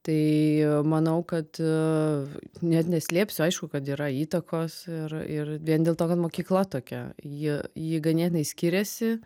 tai manau kad net neslėpsiu aišku kad yra įtakos ir ir vien dėl to kad mokykla tokia ji ji ganėtinai skiriasi